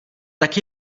tak